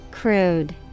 Crude